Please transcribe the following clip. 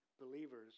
believers